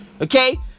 Okay